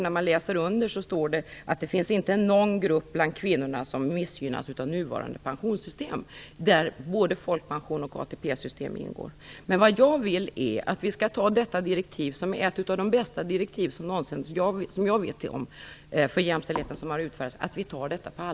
När man läser vidare ser man att det står att det inte finns någon grupp bland kvinnorna som missgynnas av nuvarande pensionssystem, där både folkpension och ATP-system ingår. Jag vill att vi tar detta direktiv på allvar. Det är ett av de bästa direktiv som har utfärdats för jämställdheten som jag vet om.